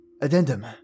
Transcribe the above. Addendum